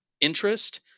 interest